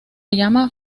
llama